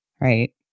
right